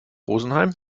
rosenheim